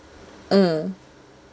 mm